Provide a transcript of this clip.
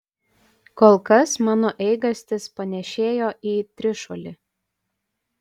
kol kas mano eigastis panėšėjo į trišuolį